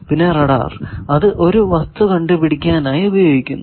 പിന്നെ റഡാർ അത് ഒരു വസ്തു കണ്ടുപിടിക്കാനായി ഉപയോഗിക്കുന്നു